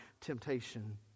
temptation